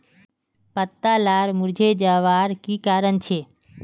पत्ता लार मुरझे जवार की कारण छे?